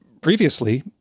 previously